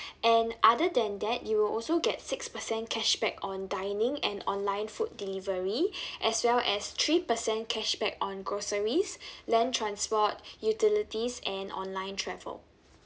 and other than that you will also get six percent cashback on dining and online food delivery as well as three percent cashback on groceries land transport utilities and online travel